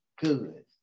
good